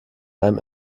einem